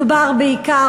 מדובר בעיקר,